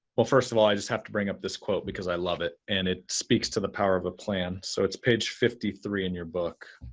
well, first of all, i just have to bring up this quote because i love it and it speaks to the power of a plan so it's page fifty three in your book.